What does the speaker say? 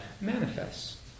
manifests